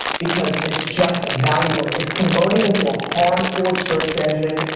because it's just valuable. it's converting into a hardcore search engine.